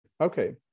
okay